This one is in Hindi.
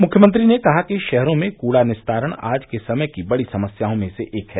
मुख्यमंत्री ने कहा कि शहरों में कूड़ा निस्तारण आज के समय की बड़ी समस्याओं में से एक है